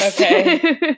Okay